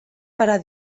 para